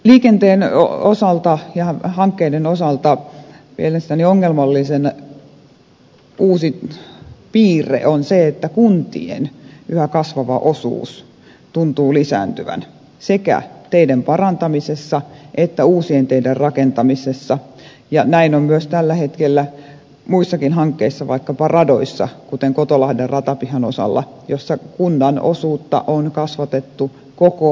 liikenteen ja hankkeiden osalta mielestäni ongelmallinen uusi piirre on se että kuntien yhä kasvava osuus tuntuu lisääntyvän sekä teiden parantamisessa että uusien teiden rakentamisessa ja näin on myös tällä hetkellä muissakin hankkeissa vaikkapa radoissa kuten kotolahden ratapihan osalta jossa kunnan osuutta on kasvatettu koko ajan